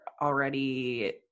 already